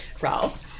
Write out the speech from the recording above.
Ralph